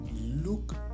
look